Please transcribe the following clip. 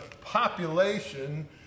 population